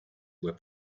were